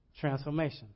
transformation